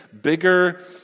bigger